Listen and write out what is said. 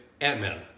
Ant-Man